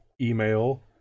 email